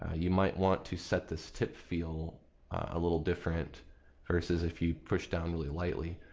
ah you might want to set this tip feel a little different versus if you push down really lightly.